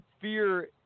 fear